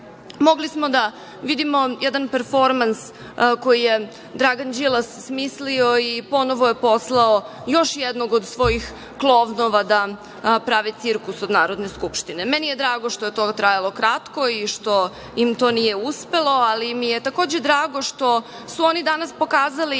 Mogli smo da vidimo jedan performans koji je Dragan Đilas smislio i ponovo je poslao još jednog od svojih klovnova da prave cirkus od Narodne skupštine. Meni je drago što je to trajalo kratko i što im to nije uspelo, ali mi je takođe drago što su oni danas pokazali